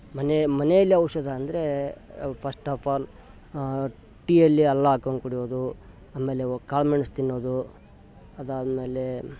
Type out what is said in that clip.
ಮನೆ ಮನೆಯಲ್ಲಿ ಔಷಧ ಅಂದರೆ ಫರ್ಸ್ಟ ಆಫ್ ಆಲ್ ಟೀಯಲ್ಲಿ ಹಾಲ್ಲಾ ಹಾಕಂಡು ಕುಡಿಯೋದು ಆಮೇಲೆ ಒ ಕಾಳ್ಮೆಣ್ಸು ತಿನ್ನೋದು ಅದಾದಮೇಲೇ